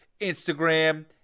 Instagram